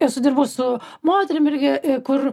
esu dirbus su moterim irgi kur